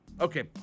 Okay